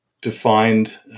defined